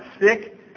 sick